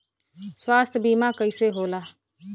स्वास्थ्य बीमा कईसे होला?